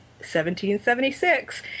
1776